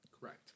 Correct